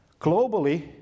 Globally